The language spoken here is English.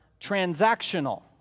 transactional